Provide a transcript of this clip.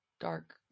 dark